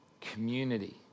community